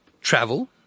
travel